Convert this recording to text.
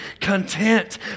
content